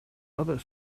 other